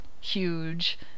huge